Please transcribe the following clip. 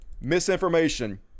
misinformation